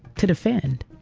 to defend